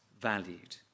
valued